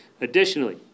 Additionally